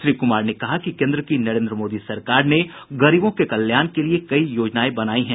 श्री कुमार ने कहा कि केन्द्र की नरेन्द्र मोदी सरकार ने गरीबों के कल्याण के लिए कई योजनाएं बनायी हैं